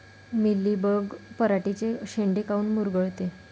Mealybug पराटीचे चे शेंडे काऊन मुरगळते?